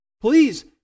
Please